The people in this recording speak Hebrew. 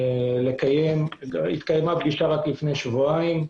לקיים התקיימה פגישה רק לפני שבועיים.